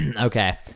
Okay